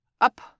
Up